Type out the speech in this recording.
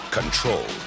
control